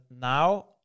now